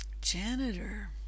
janitor